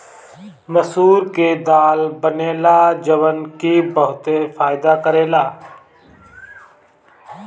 मसूर के दाल बनेला जवन की बहुते फायदा करेला